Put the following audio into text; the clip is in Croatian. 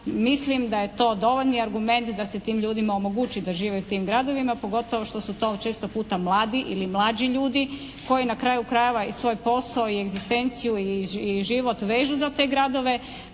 mislim da je to dovoljni argument da se tim ljudima omogući da žive u tim gradovima, pogotovo što su to često puta mladi ili mlađi ljudi koji na kraju krajeva i svoj posao i egzistenciju i život vežu za te gradove